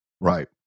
right